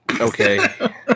Okay